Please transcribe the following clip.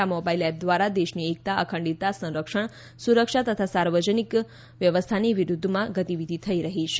આ mobile app દ્વારા દેશની એકતા અખંડિતતા સંરક્ષણ સુરક્ષા તથા સાર્વજનિક વ્યવસ્થાની વિરૂધ્ધમાં ગતિવિધિ થઇ રહી છે